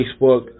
Facebook